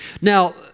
Now